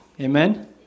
Amen